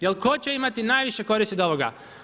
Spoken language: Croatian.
Jel tko će imati najviše koristi od ovoga?